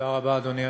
אדוני היושב-ראש,